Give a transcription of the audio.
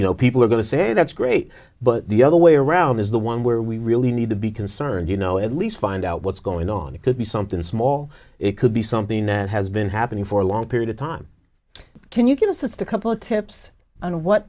you know people are going to say that's great but the other way around is the one where we really need to be concerned you know at least find out what's going on it could be something small well it could be something that has been happening for a long period of time can you give us just a couple tips on what